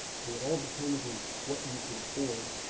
so it all depends on what you can afford,